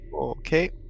Okay